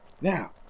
Now